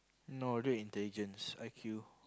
no don't have intelligence I_Q